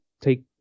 take